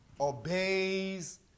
obeys